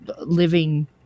living